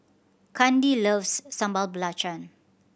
Kandi loves Sambal Belacan